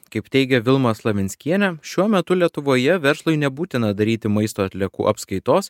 kaip teigia vilma slavinskienė šiuo metu lietuvoje verslui nebūtina daryti maisto atliekų apskaitos